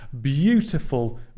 beautiful